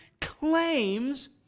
claims